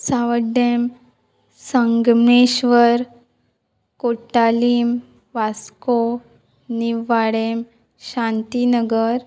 Sanvordem Sangameshwar Cotalim Vasco Nivadem Shantinagar